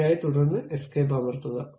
പൂർത്തിയായി തുടർന്ന് എസ്കേപ്പ് അമർത്തുക